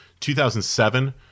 2007